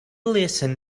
listen